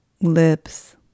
lips